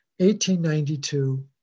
1892